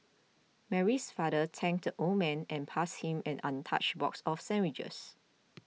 Mary's father thanked the old man and passed him an untouched box of sandwiches